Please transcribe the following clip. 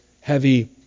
heavy